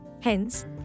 Hence